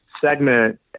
segment